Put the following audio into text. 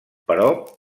però